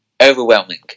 overwhelming